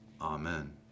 Amen